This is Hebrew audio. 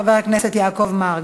חבר הכנסת יעקב מרגי.